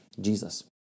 Jesus